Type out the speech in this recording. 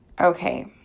okay